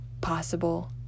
possible